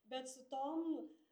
bet su tom